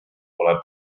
pole